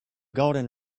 golden